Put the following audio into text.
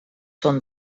són